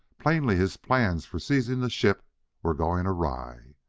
plainly his plans for seizing the ship were going awry.